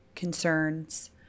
Concerns